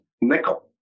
nickel